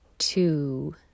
Two